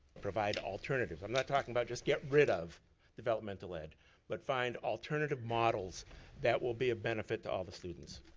provide alternatives. i'm not talking about just get rid of developmental ed but find alternative models that will be of benefit to all the students.